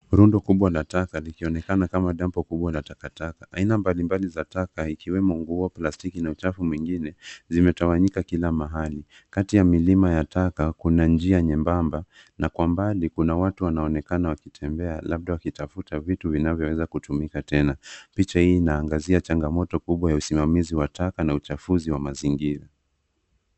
Rundo kubwa la taka likionekana kama dampo kubwa la takataka. Aina mbalimbali za taka, ikiwemo nguo, plastiki na uchafu mengine, zimetawanyika kila mahali. Kati ya milima ya taka kuna njia nyembamba, na kwa mbali kuna watu wanaoonekana wakitembea, labda wakitafuta vitu vinavyoweza kutumika tena. Picha hii inaangazia changamoto kubwa ya usimamizi wa taka na uchafuzi wa mazingira.